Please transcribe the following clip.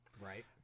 Right